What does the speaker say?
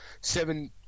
Seven